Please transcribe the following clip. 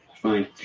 Fine